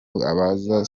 abaza